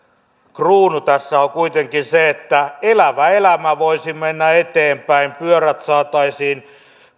kruunu tässä on kuitenkin se että elävä elämä voisi mennä eteenpäin pyörät saataisiin